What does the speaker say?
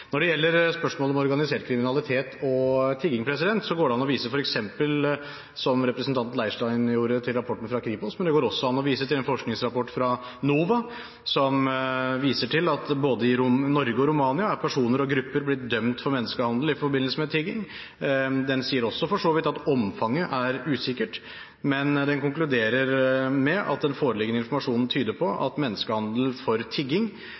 Når det gjelder spørsmålet om organisert kriminalitet og tigging, går det f.eks. an å gjøre som representanten Leirstein gjorde, å vise til rapporten fra Kripos, men det går også an å vise til en forskningsrapport fra NOVA som viser til at både i Norge og Romania er personer og grupper blitt dømt for menneskehandel i forbindelse med tigging. Den rapporten sier også for så vidt at omfanget er usikkert, men den konkluderer med at den foreliggende informasjonen tyder på at menneskehandel for tigging